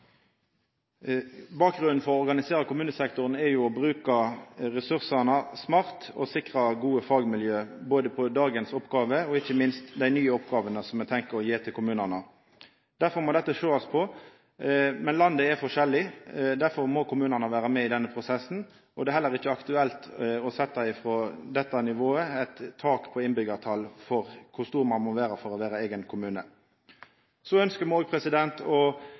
Bakgrunnen for å omorganisera kommunesektoren er å bruka ressursane smart og sikra gode fagmiljø både med tanke på dagens oppgåver og ikkje minst dei nye oppgåvene ein har tenkt å gi kommunane. Derfor må dette sjåast på, men landet er forskjellig. Derfor må kommunane vera med i denne prosessen, og det er heller ikkje aktuelt å setja – frå dette nivået – eit tal for kor mange innbyggjarar ein må vera for å vera eigen kommune. Så ynskjer me